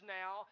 now